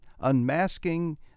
Unmasking